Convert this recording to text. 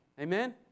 Amen